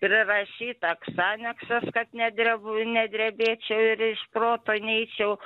prirašyta ksanaksas kad ne drebu nedrebėč ir iš proto neičiau